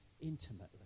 intimately